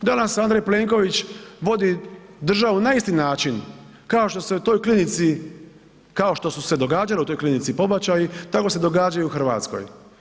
Danas Andrej Plenković vodi državu na isti način kao što se i u toj klinici, kao što su se događale u toj klinici pobačaji, tako se događaju i u Hrvatskoj.